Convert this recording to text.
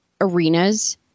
arenas